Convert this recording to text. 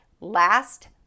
Last